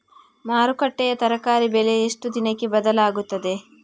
ಮಾರುಕಟ್ಟೆಯ ತರಕಾರಿ ಬೆಲೆ ಎಷ್ಟು ದಿನಕ್ಕೆ ಬದಲಾಗುತ್ತದೆ?